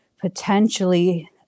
potentially